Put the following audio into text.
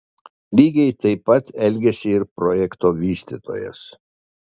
lygiai taip pat elgėsi ir projekto vystytojas